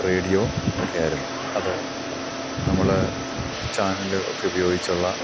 radio ഒക്കെ ആയിരുന്നു അത് നമ്മൾ ചാനല് ഒക്കെ ഉപയോഗിച്ചുള്ള